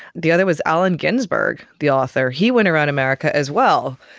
the other was allen ginsberg, the author. he went around america as well,